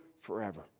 forever